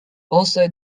also